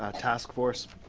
ah task force